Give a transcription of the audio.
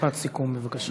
משפט סיכום, בבקשה.